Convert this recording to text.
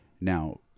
Now